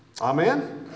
Amen